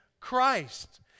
Christ